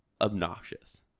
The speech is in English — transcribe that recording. obnoxious